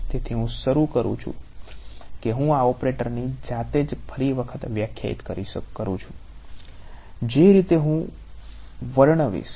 તેથી હું શું કરું છું કે હું આ ઓપરેટરની જાતે જ ફરી વખત વ્યાખ્યાયિત કરું છું જે રીતે હું હવે વર્ણવીશ